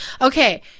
okay